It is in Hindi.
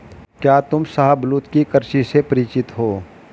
क्या तुम शाहबलूत की कृषि से परिचित हो?